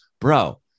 bro